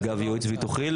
אגב ייעוץ ביטוחי,